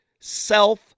self